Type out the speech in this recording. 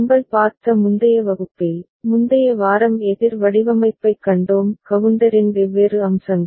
நாங்கள் பார்த்த முந்தைய வகுப்பில் முந்தைய வாரம் எதிர் வடிவமைப்பைக் கண்டோம் கவுண்டரின் வெவ்வேறு அம்சங்கள்